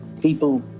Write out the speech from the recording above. People